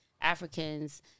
Africans